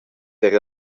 era